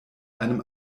einem